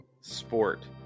sport